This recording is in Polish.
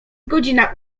godzina